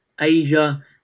Asia